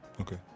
Okay